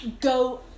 go